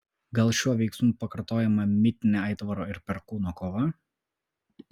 gal šiuo veiksmu pakartojama mitinė aitvaro ir perkūno kova